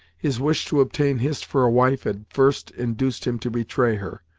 his wish to obtain hist for a wife had first induced him to betray her,